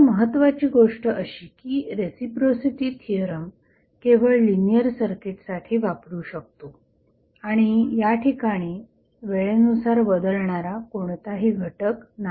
आता महत्त्वाची गोष्ट अशी की रेसिप्रोसिटी थिअरम केवळ लिनियर सर्किट साठी वापरू शकतो आणि याठिकाणी वेळेनुसार बदलणारा कोणताही घटक नाही